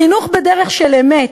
חינוך בדרך של אמת,